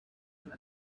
from